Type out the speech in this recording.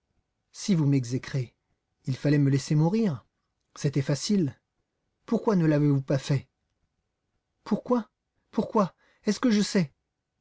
si vous m'exécrez il fallait me laisser mourir c'était facile pourquoi ne l'avez-vous pas fait pourquoi pourquoi est-ce que je sais